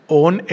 own